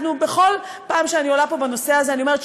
בכל פעם שאני עולה לפה בנושא הזה אני אומרת: